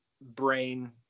brain